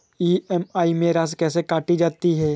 EMI में राशि कैसे काटी जाती है?